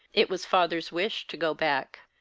it was father's wish to go back.